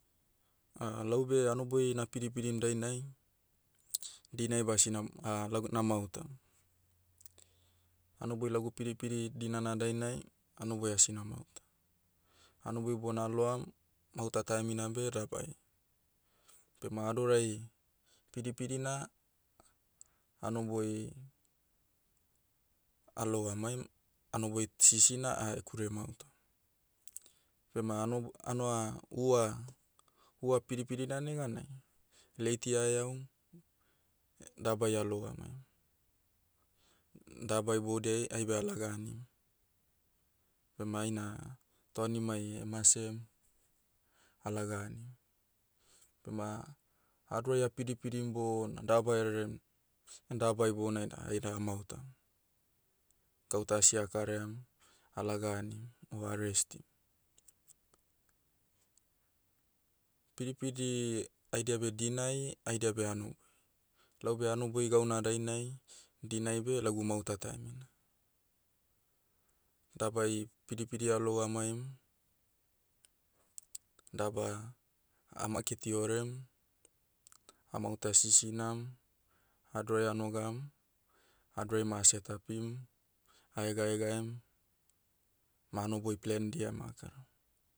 laube hanoboi na pidipidim dainai, dinai beh asina- laga- namahutam. Hanoboi lagu pidipidi dinana dainai, hanoboi asina mahuta. Hanoboi ibona aloam, mahuta taimina beh dabai. Bema adorai, pidipidina, hanoboi, alou amaim, hanoboi t- sisina ahekure amahutam. Bema hanob- hanua- hua- hua pidipidina neganai, leiti aheaum, dabai alou amaim. Daba iboudiai, aibe alaga anim. Bema aina, tauanimai emasem, alaga anim. Bema, hadorai apidipidim bona daba rerem, na daba ibounai da aida amahutam. Gauta asi akaraiam, alaga anim, o ah restim. Pidipidi, haidia beh dinai haidia beh hanoboi. Laube hanoboi gauna dainai, dinai beh lagu mahuta taemina. Dabai, pidipidi alou amaim, daba, amaketi orem, amahuta sisinam, hadorai anogam, hadorai ma asetapim, ahegaegaem, ma hanoboi plendia ma akaram.